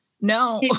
no